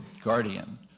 guardian